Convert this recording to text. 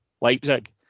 Leipzig